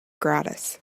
gratis